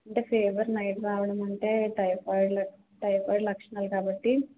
అంటే fever night రావడమంటే టైఫాయిడ్ల టైఫాయిడ్ లక్షణాలు కాబట్టి